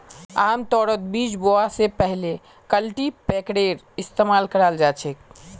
आमतौरत बीज बोवा स पहले कल्टीपैकरेर इस्तमाल कराल जा छेक